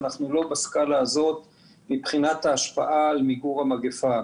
אנחנו לא בסקלה הזאת מבחינת ההשפעה על מיגור המגפה.